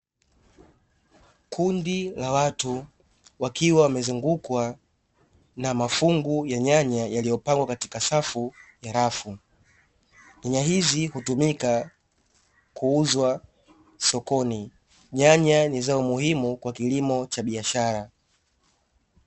Kundi la watu wakiwa wamezungukwa na mafungu ya nyanya yaliopangwa katika safu rafu. Nyanya hizi hutumika kuuzwa sokoni, nyanya ni zao muhimu kwa kilimo cha biashara.